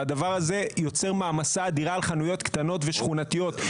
והדבר הזה יוצר מעמסה אדירה על חנויות קטנות ושכונתיות,